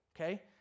okay